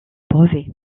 brevet